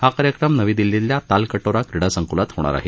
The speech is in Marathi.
हा कार्यक्रम नवी दिल्लीतल्या तालकटोरा क्रीडा संकुलात होणार आहे